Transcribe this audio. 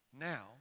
now